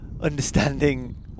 understanding